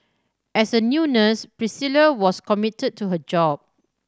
as a new nurse Priscilla was committed to her job